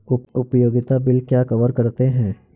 उपयोगिता बिल क्या कवर करते हैं?